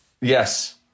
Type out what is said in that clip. Yes